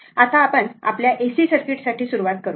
आता आपण आपल्या AC सर्किट साठी सुरूवात करू